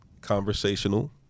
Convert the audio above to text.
conversational